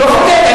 לא חוגג.